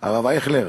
הרב אייכלר,